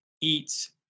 eats